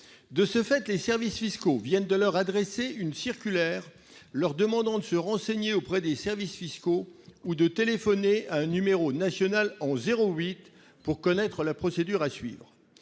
De ce fait, les services fiscaux viennent de leur adresser une circulaire leur demandant de se renseigner auprès d'eux ou de téléphoner à un numéro national en 08, afin de connaître la procédure à suivre.